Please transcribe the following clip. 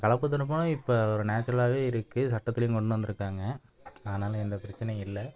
கலப்பு திருமணம் இப்போ ஒரு நேச்சுரலாகவே இருக்குது சட்டத்திலையும் கொண்டு வந்திருக்காங்க அதனால் எந்த பிரச்சனையும் இல்லை